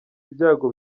ibyago